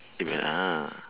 eh wait ah